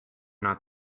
not